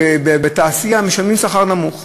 בתעשייה משלמים שכר נמוך.